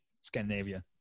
Scandinavia